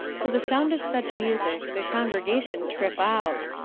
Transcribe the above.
to the sound of such music the congregation trip out.